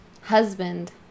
Husband